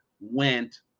went